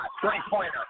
Three-pointer